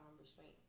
restraint